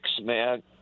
man